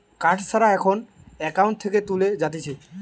card ছাড়া এখন account থেকে তুলে যাতিছে